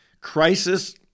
crisis